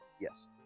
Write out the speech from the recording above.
Yes